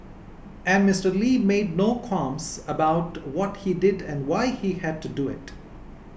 and Mister Lee made no qualms about what he did and why he had to do it